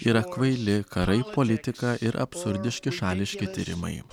yra kvaili karai politika ir absurdiški šališki tyrimai